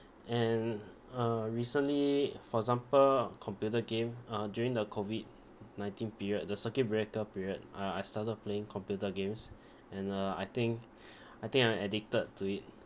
and uh recently for example computer game uh during the COVID nineteen period the circuit breaker period I I started playing computer games and uh I think I think I addicted to it